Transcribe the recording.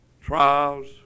trials